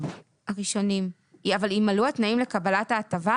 אבל אם מלאו התנאים לקבלת ההטבה?